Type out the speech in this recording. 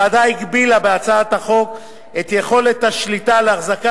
הוועדה הגבילה בהצעת החוק את יכולת השליטה להחזקה